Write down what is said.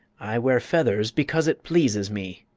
i wear feathers because it pleases me,